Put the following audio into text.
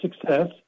success